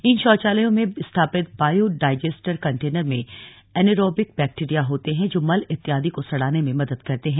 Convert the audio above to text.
इन शौचालयो में स्थिापित बॉयो डाइजेस्टर कंटेनर में एनेरोबिक बैक्टीरिया होते हैं जो मल इत्यादि को सड़ाने में मदद करते हैं